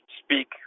speak